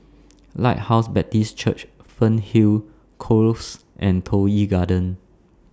Lighthouse Baptist Church Fernhill Close and Toh Yi Garden